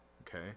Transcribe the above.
okay